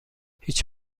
هیچ